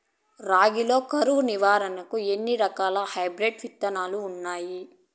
రాగి లో కరువు నివారణకు ఎన్ని రకాల హైబ్రిడ్ విత్తనాలు ఉన్నాయి